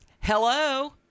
Hello